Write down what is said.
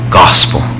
gospel